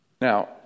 Now